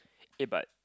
eh but